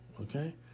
okay